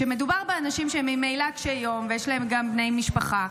כשמדובר באנשים שממילא קשי יום ויש להם גם בני משפחה,